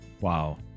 Wow